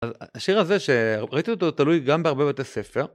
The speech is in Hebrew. השיר הזה שראיתי אותו תלוי גם בהרבה בתי ספר.